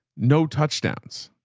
no touchdowns